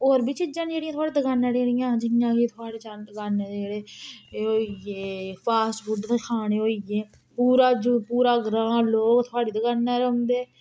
होर बी चीजां न जेह्ड़ियां थोआढ़ियै दकानै दियां जियां कि थोआढ़ी दकानै दे जेह्ड़े एह होई गे फास्टफूड दे खाने होई गे पूरा जू पूरा ग्रांऽ ग्रूं थोआढ़ी दकानै'र औंदे